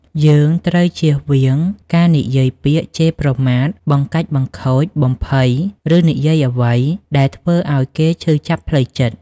យើងត្រូវជៀសវាងការនិយាយពាក្យជេរប្រមាថ បង្កាច់បង្ខូច បំភ័យ ឬនិយាយអ្វីដែលធ្វើឲ្យគេឈឺចាប់ផ្លូវចិត្ត។